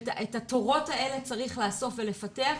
את התורות האלה צריך לאסוף ולפתח.